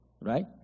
right